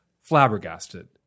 flabbergasted